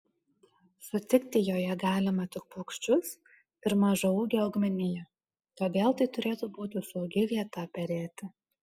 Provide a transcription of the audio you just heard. sutikti joje galima tik paukščius ir mažaūgę augmeniją todėl tai turėtų būti saugi vieta perėti